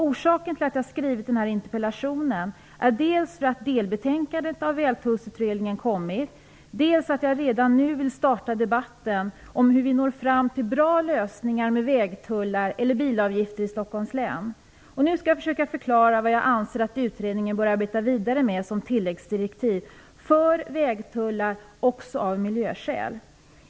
Orsaken till att jag har skrivit den här interpellationen är dels att delbetänkandet av Vägtullsutredningen kommit, dels att jag redan nu vill starta debatten om hur vi når fram till bra lösningar med vägtullar eller bilavgifter i Stockholms län. Nu skall jag försöka förklara vad jag anser att utredningen bör arbeta vidare med som tilläggsdirektiv för vägtullar också av miljöskäl.